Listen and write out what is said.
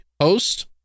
Host